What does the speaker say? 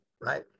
right